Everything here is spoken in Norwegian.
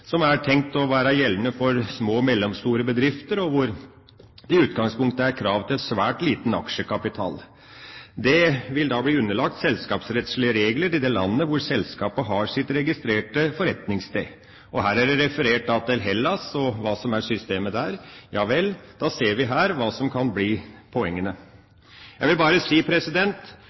som er tenkt å være gjeldende for små og mellomstore bedrifter, og hvor det i utgangspunktet er krav til svært liten aksjekapital. Det vil da bli underlagt selskapsrettslige regler i det landet hvor selskapet har sitt registrerte forretningssted. Og her er det referert til Hellas og hva som er systemet der. Ja vel, da ser vi her hva som kan bli poengene. Jeg vil bare si: